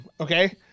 Okay